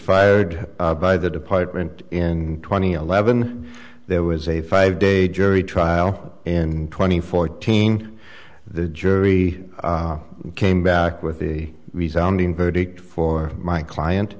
fired by the department in twenty eleven there was a five day jury trial in twenty fourteen the jury came back with the rezoning verdict for my client